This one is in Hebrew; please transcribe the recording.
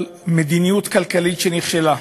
מדיניות כלכלית שנכשלה,